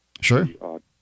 Sure